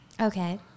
Okay